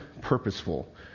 purposeful